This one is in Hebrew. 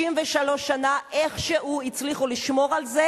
63 שנה, איכשהו הצליחו לשמור עליו,